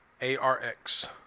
A-R-X